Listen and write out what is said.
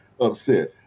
upset